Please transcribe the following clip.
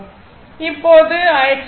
இப்போது x r IL r cos 36